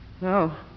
No